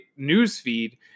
newsfeed